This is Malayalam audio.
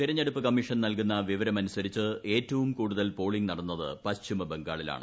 തെരഞ്ഞെടുപ്പ് കമ്മീഷൻ നൽകുന്ന വിവരമനുസരിച്ച് ഏറ്റവും കൂടുതൽ പോളിംഗ് നടന്നത് പശ്ചിമബംഗാളിലാണ്